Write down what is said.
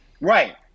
right